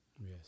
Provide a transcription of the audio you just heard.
Yes